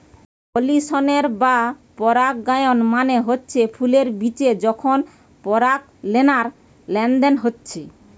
pollination বা পরাগায়ন মানে হচ্ছে ফুলের বিচে যখন পরাগলেনার লেনদেন হচ্ছে